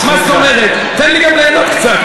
תן לי ליהנות קצת.